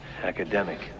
Academic